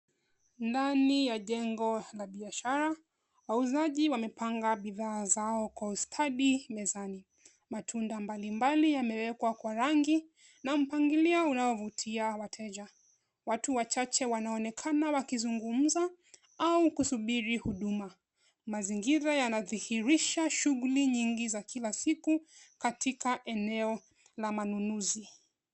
Ndani ya jengo la biashara, wauzaji wamepanga bidhaa zao kwa ustadi. Matunda mbalimbali yamewekwa kwa rangi na mpangilio unaovutia wateja. Watu wachache wanaonekana wakizungumza au kusubiri huduma. Mazingira yanadhihirisha shughuli nyingi za kila siku katika eneo la manunuzi.